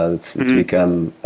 ah it's become